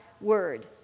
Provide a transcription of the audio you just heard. Word